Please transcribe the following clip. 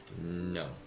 No